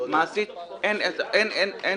אין אכיפה.